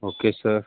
okay sir